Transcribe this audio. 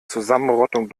zusammenrottung